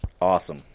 Awesome